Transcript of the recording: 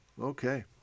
okay